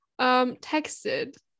texted